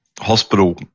hospital